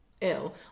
ill